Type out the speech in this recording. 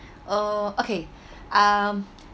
oh okay um